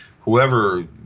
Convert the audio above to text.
whoever